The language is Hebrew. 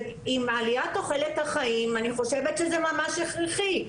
עם עליית תוחלת החיים, אני חושבת שזה ממש הכרחי.